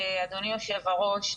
אדוני היושב-ראש,